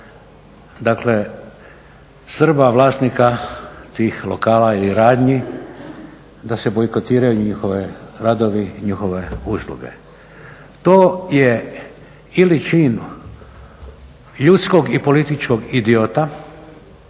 dakle Srba vlasnika tih lokala ili radnji, da se bojkotiraju njihove radovi i njihove usluge. To je ili čin ljudskog i političkog idiota